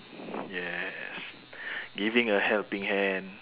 yes giving a helping hand